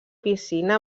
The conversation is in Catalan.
piscina